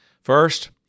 First